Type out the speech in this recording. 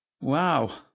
Wow